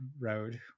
road